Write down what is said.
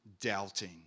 doubting